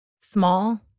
small